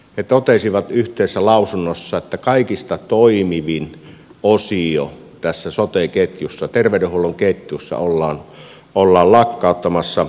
he totesivat yhteisessä lausunnossaan että kaikista toimivin osio tässä sote ketjussa terveydenhuollon ketjussa ollaan lakkauttamassa